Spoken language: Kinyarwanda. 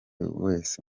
wese